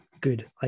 good